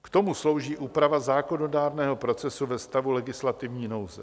K tomu slouží úprava zákonodárného procesu ve stavu legislativní nouze.